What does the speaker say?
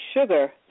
sugar